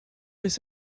this